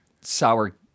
sour